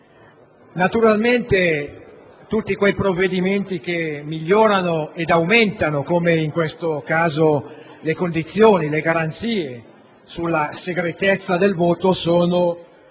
Presidente, tutti quei provvedimenti che migliorano ed aumentano - come in questo caso - le condizioni e le garanzie sulla segretezza del voto sono